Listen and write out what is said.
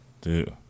Dude